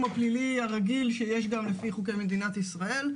הפלילי הרגיל שיש גם לפי חוקי מדינת ישראל,